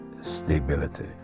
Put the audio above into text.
stability